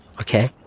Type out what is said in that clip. Okay